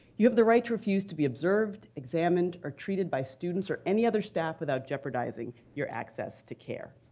you have the right to refuse to be observed, examined, or treated by students or any other staff without jeopardizing your access to care.